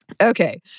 Okay